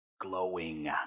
glowing